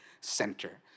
center